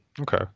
Okay